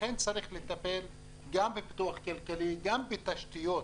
לכן צריך לטפל גם בפיתוח כלכלי, גם בתשתיות